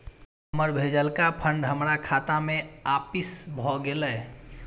हमर भेजलका फंड हमरा खाता में आपिस भ गेलय